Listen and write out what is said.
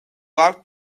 ought